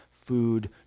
Food